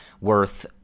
worth